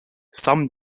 some